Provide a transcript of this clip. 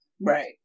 Right